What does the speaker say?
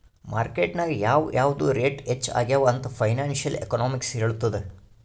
market ನಾಗ್ ಯಾವ್ ಯಾವ್ದು ರೇಟ್ ಹೆಚ್ಚ ಆಗ್ಯವ ಅಂತ್ ಫೈನಾನ್ಸಿಯಲ್ ಎಕನಾಮಿಕ್ಸ್ ಹೆಳ್ತುದ್